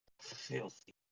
Filthy